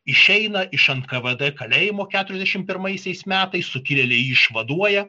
išeina iš nkvd kalėjimo keturiasdešimt pirmaisiais metais sukilėliai jį išvaduoja